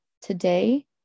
today